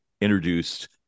introduced